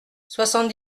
soixante